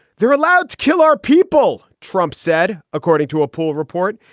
they're allowed to kill our people, trump said, according to a pool report,